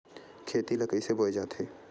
खेती ला कइसे बोय जाथे?